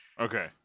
okay